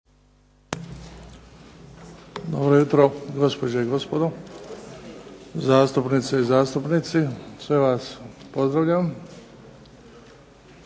Dobro jutro dame i gospodo zastupnice i zastupnici. Sve vas pozdravljam.